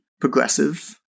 progressive